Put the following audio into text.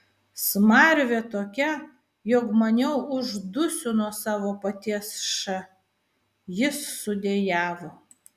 smarvė tokia jog maniau uždusiu nuo savo paties š jis sudejavo